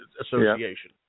Association